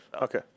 Okay